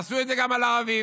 יעשו את זה גם על ערבים.